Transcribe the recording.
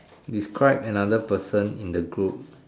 describe another person in the group